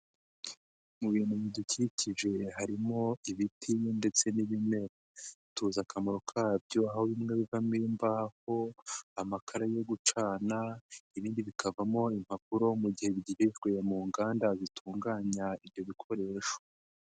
Mu bintu bidukikije harimo ibitini ndetse n'ibimera tuzi akamaro kabyo aho bimwe bivamo imbaho amakara yo gucana ibindi bikavamo impapuro mu gihe bigejejwe mu nganda zitunganya ibyo bikoresho.